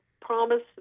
promise